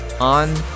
on